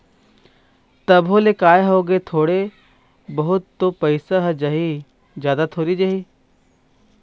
तभो ले काय होगे थोरे बहुत तो पइसा ह जाही जादा थोरी जाही